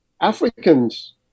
Africans